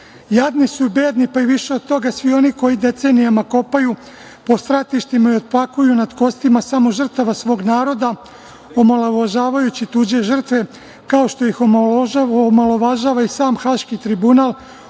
su i bedni, pa i više od toga, svi oni koji decenijama kopaju po stratištima i oplakuju nad kostima samo žrtava svog naroda, omalovažavajući tuđe žrtve, kao što ih omalovažava i sam Haški tribunal,